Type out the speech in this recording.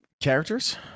characters